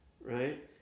right